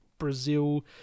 Brazil